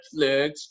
netflix